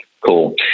cool